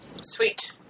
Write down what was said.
Sweet